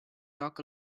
talk